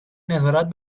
نظارت